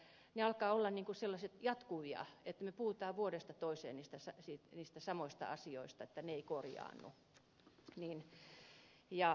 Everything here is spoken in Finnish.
ne alkavat olla sellaisia jatkuvia asioita että me puhumme vuodesta toiseen niistä samoista asioista että ne eivät korjaannu